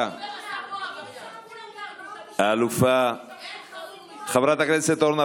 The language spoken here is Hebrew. והכי חמור, שיבש חקירה.